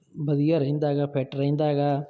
ਵਧੀਆ ਰਹਿੰਦਾ ਹੈਗਾ ਫਿਟ ਰਹਿੰਦਾ ਹੈਗਾ